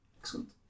Excellent